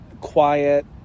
quiet